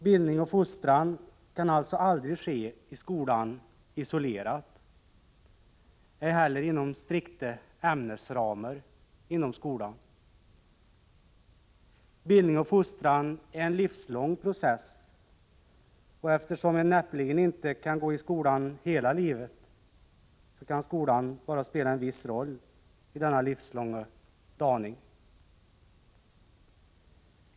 Bildning och fostran kan alltså aldrig ske i skolan isolerat, ej heller inom strikta ämnesramar i skolan. Bildning och fostran är en livslång process, och eftersom man näppeligen kan gå i skola hela livet kan skolan bara spela en viss roll i denna livslånga daning.